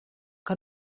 que